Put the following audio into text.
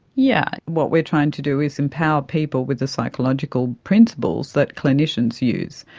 yeah what we're trying to do is empower people with the psychological principles that clinicians use.